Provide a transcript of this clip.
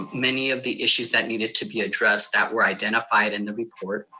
many of the issues that needed to be addressed that were identified in the report.